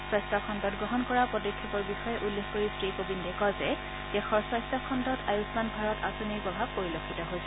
স্বাস্থ্য খণ্ডত গ্ৰহণ কৰা পদক্ষেপৰ বিষয়ে উল্লেখ কৰি শ্ৰীকোবিন্দে কয় যে দেশৰ স্বাস্থ্য খণ্ডত আয়ুমান ভাৰত আঁচনিৰ প্ৰভাৱ পৰিলক্ষিত হৈছে